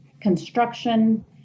construction